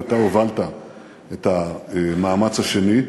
ואתה הובלת את המאמץ השני,